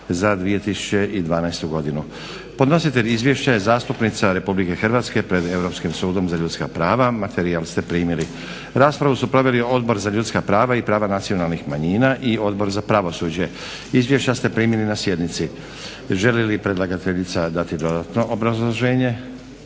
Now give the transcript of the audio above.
za 2012.godinu Podnositelj Izvješća je zastupnica RH pred Europskim sudom za ljudska prava. Materijal ste primili. Raspravu su proveli Odbor za ljudska prava i prava nacionalnih manjina i Odbor za pravosuđe. Izvješća ste primili na sjednici. Želi li predlagateljica dati dodatno obrazloženje?